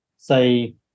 say